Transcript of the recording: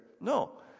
No